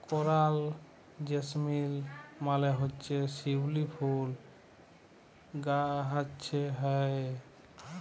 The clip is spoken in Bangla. করাল জেসমিল মালে হছে শিউলি ফুল গাহাছে হ্যয়